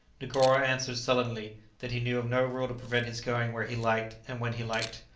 negoro answered sullenly that he knew of no rule to prevent his going where he liked and when he liked.